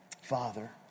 Father